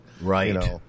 Right